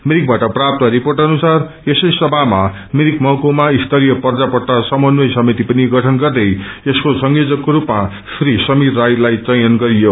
मिरिकबाट प्राप्त रिपोर्ट अनुसार यसै सभामा मिरिक महकूमा स्तरीय पर्जापट्टा समन्वय समिति पनि गठन गर्दै यसको संयोजकको स्पमा श्री समिर राईलाई चयर गरियो